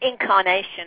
incarnation